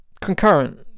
concurrent